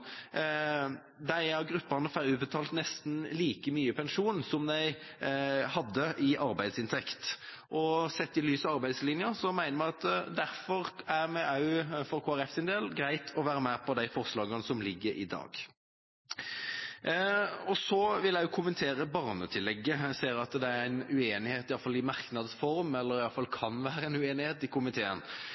gruppene får utbetalt nesten like mye i pensjon som de hadde i arbeidsinntekt. Sett i lys av arbeidslinja er det derfor også for Kristelig Folkepartis del greit å være med på de forslagene som ligger her i dag. Så vil jeg kommentere barnetillegget. Jeg ser at det er en uenighet i alle fall i merknads form – eller det kan i alle fall være en uenighet i komiteen.